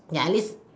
ya at least